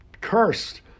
cursed